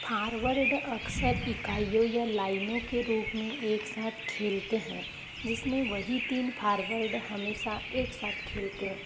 forward अक्सर इकाइयों या लाइनों के रूप में एक साथ खेलते हैं जिसमें वही तीन फ़ॉरवर्ड हमेशा एक साथ खेलतें